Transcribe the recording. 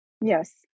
Yes